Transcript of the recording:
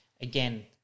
again